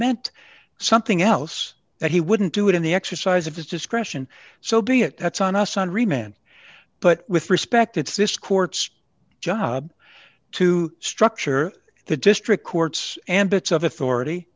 meant something else that he wouldn't do it in the exercise of his discretion so be it that's on us on remand but with respect it's this court's job to structure the district courts and bits of authority